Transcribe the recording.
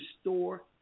store